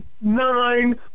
Nine